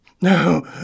No